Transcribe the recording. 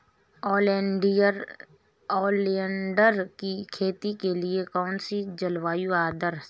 Oleander की खेती के लिए कौन सी जलवायु आदर्श है?